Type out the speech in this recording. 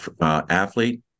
athlete